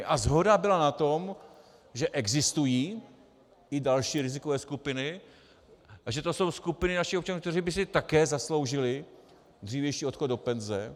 A shoda byla na tom, že existují i další rizikové skupiny a že to jsou skupiny našich občanů, kteří by si také zasloužili dřívější odchod do penze.